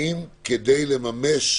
אני שואל שאלה.